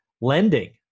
Lending